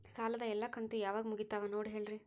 ಸಾಲದ ಎಲ್ಲಾ ಕಂತು ಯಾವಾಗ ಮುಗಿತಾವ ನೋಡಿ ಹೇಳ್ರಿ